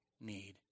need